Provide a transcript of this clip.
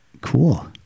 Cool